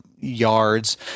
yards